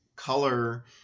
color